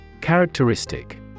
Characteristic